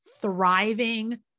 thriving